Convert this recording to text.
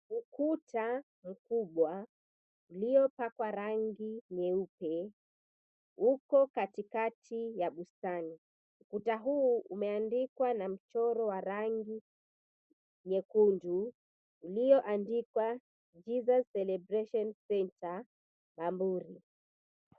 Ukuta mkubwa uliopakwa rangi nyeupe uko katikati ya bustani. Ukuta huu umeandikwa na mchoro wa rangi nyekundu ulioandikwa JESUS CELEBRATION CENTRE BAMBURI.